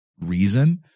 reason